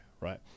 right